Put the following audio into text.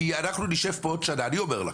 כי אנחנו נשב פה עוד שנה אני אומר לך,